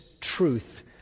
truth